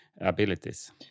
abilities